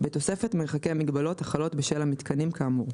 בתוספת מרחקי מגבלות החלות בשל המיתקנים כאמור.